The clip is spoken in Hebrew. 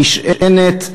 המשענת,